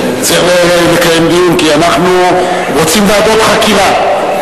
כי אנחנו רוצים ועדות חקירה.